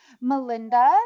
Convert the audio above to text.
Melinda